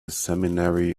seminary